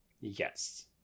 Yes